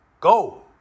Go